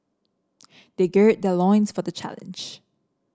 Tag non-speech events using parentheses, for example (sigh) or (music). they gird their (unintelligible) for the challenge